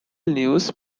news